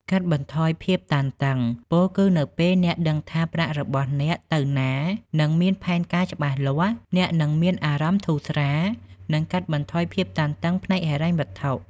កាត់បន្ថយភាពតានតឹង ពោលគឺ នៅពេលអ្នកដឹងថាប្រាក់របស់អ្នកទៅណា និងមានផែនការច្បាស់លាស់ អ្នកនឹងមានអារម្មណ៍ធូរស្រាល និងកាត់បន្ថយភាពតានតឹងផ្នែកហិរញ្ញវត្ថុ។